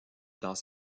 dans